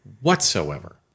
whatsoever